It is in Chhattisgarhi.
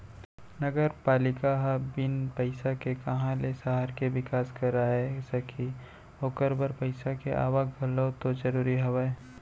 नगरपालिका ह बिन पइसा के काँहा ले सहर के बिकास कराय सकही ओखर बर पइसा के आवक घलौ तो जरूरी हवय